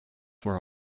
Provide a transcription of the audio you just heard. were